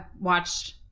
watched